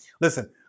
listen